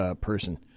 person